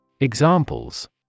Examples